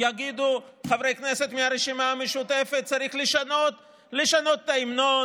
יגידו חברי כנסת מהרשימה המשותפת שצריך לשנות את ההמנון,